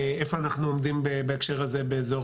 איפה אנחנו עומדים בהקשר הזה באזור